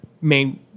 main